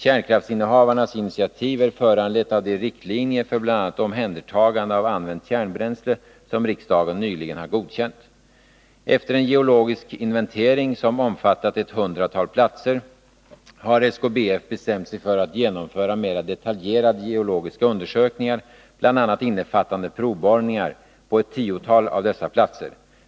Kärnkraftsinnehavarnas initiativ är föranlett av de riktlinjer för bl.a. omhändertagande av använt kärnbränsle som riksdagen nyligen har godkänt . Efter en geologisk inventering som omfattat ett hundratal platser har SKBF bestämt sig för att genomföra mera detaljerade geologiska undersökningar, bl.a. innefattande provborrningar, på ett tiotal av dessa platser.